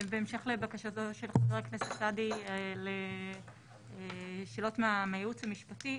בהמשך לבקשתו של חבר הכנסת סעדי לשאלות מהייעוץ המשפטי,